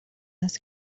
است